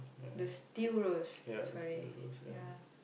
the steel rose sorry ya